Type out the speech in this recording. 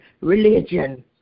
religion